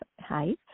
hi